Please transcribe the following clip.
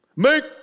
Make